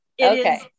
Okay